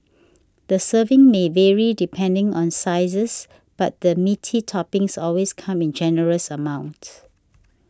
the serving may vary depending on sizes but the meaty toppings always come in generous amounts